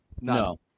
no